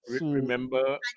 Remember